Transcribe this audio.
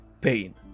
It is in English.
pain